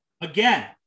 Again